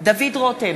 דוד רותם,